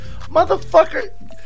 motherfucker